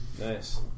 nice